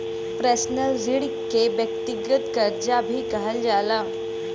personal ऋण के व्यक्तिगत करजा भी कहल जाला